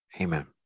amen